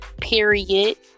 period